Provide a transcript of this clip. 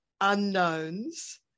unknowns